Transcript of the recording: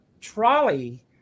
trolley